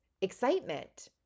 excitement